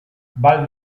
val